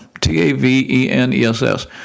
T-A-V-E-N-E-S-S